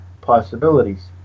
possibilities